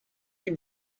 ihm